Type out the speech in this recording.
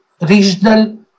regional